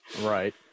Right